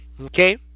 Okay